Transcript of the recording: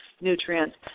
nutrients